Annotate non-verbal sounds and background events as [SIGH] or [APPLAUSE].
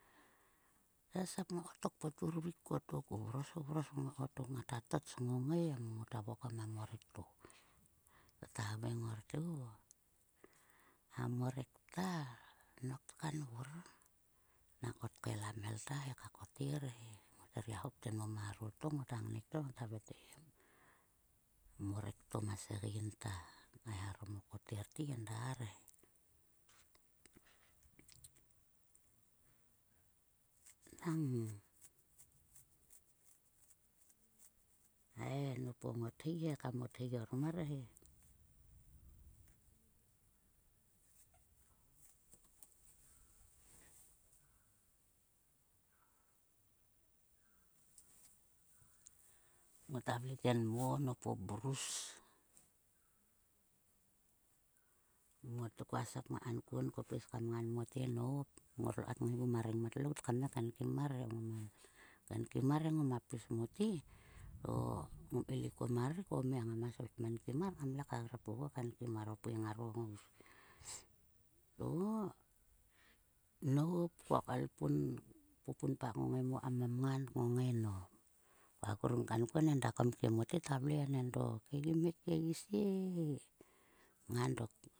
Ta sap kottok po turvuk kottok vrosros ngai kottok ngota tots ngongai em ngota vokom a morek, to ngata haveng ngor te, "o a morek ta nok tkhan vor, "nanko tkael a mhel ta he kakoter he. Ngot her gia hop tenmo marot to ngota ngnek to ngota havei te em, a morek to ma segein tkaeharom o kotter te enda he. [HESITATION] Nang hai nop o ngothi he kam othi armor he. Ngota vle tenmo nop o brus ngot, kua sap koul kankuon ko pis ka ngan mote nop ngotlo kat ngaiguma rengmat lout kam ngai kaeluk kuo ma rek to o mia ngama svu kmenkim mar. Ngamle ka grap oguo kainkim mar. O pui ngaro ngous. To nop ko kaelpun pupunpa kam ngongai mo mamngan ngongei nap. Kua grung kankuon enda a komie mote ta vle endo ke gi mhe kesie he nga dok.